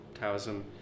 Taoism